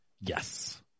Yes